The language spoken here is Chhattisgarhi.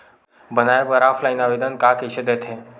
बनाये बर ऑफलाइन आवेदन का कइसे दे थे?